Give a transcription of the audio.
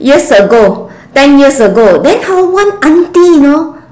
years ago ten years ago then one auntie you know